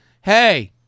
Hey